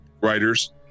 writers